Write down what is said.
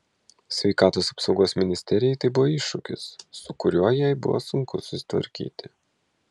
sveikatos apsaugos ministerijai tai buvo iššūkis su kuriuo jai buvo sunku susitvarkyti